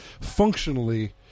functionally